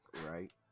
Right